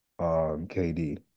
KD